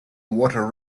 water